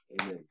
amen